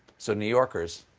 so new yorkers,